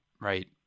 Right